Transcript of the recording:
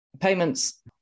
payments